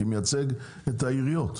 כמייצג את העיריות,